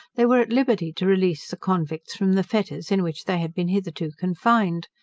they were at liberty to release the convicts from the fetters in which they had been hitherto confined.